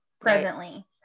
presently